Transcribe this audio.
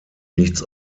nichts